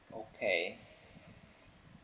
okay